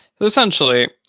essentially